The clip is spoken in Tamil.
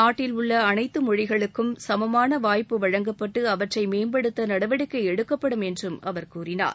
நாட்டில் உள்ள அனைத்து மொழிகளுக்கும் சமமான வாய்ப்பு வழங்கப்பட்டு அவற்றை மேம்படுத்த நடவடிக்கை எடுக்கப்படும் என்று அவர் கூறினார்